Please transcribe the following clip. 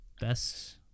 best